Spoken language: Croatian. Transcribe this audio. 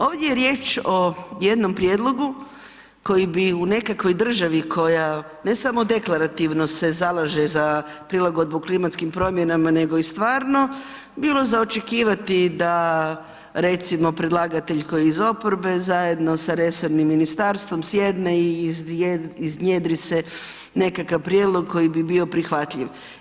Ovdje je riječ o jednom prijedlogu koji bi u nekakvoj državi koja, ne samo deklarativno se zalaže za prilagodbu klimatskim promjenama nego i stvarno, bilo za očekivati da, recimo predlagatelj koji je iz oporbe zajedno sa resornim ministarstvom sjedne i iznjedri se nekakav prijedlog koji bi bio prihvatljiv.